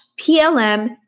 plm